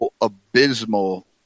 abysmal